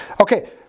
Okay